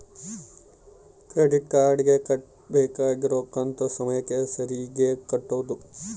credit card ಗೆ ಕಟ್ಬಕಾಗಿರೋ ಕಂತು ಸಮಯಕ್ಕ ಸರೀಗೆ ಕಟೋದು